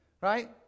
right